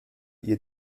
ihr